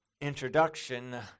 introduction